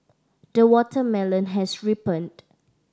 the watermelon has ripened